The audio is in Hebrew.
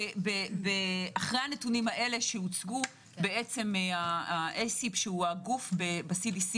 אחרי הנתונים האלה, ה-ACIP שהוא הגוף שממליץ